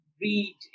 read